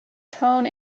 tone